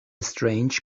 strange